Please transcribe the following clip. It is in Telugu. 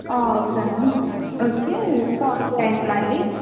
ఆ ఓకే మేడం వచ్చి కాల్ చేయండి మళ్లీ